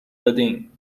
دادهایم